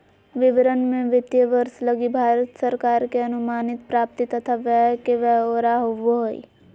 विवरण मे वित्तीय वर्ष लगी भारत सरकार के अनुमानित प्राप्ति तथा व्यय के ब्यौरा होवो हय